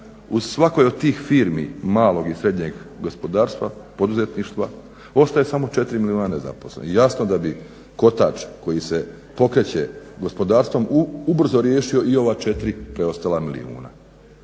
u svakoj od tih firmi malog i srednjeg gospodarstva, poduzetništva ostaje samo 4 milijuna nezaposlenih. I jasno da bi kotač koji se pokreće gospodarstvom ubrzo riješio i ova 4 preostala milijuna.